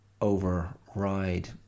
override